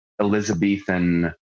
Elizabethan